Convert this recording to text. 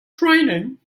training